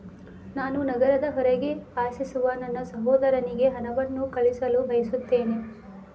ನಾನು ನಗರದ ಹೊರಗೆ ವಾಸಿಸುವ ನನ್ನ ಸಹೋದರನಿಗೆ ಹಣವನ್ನು ಕಳುಹಿಸಲು ಬಯಸುತ್ತೇನೆ